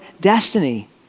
destiny